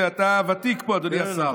אתה ותיק פה, אדוני השר.